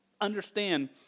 understand